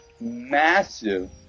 massive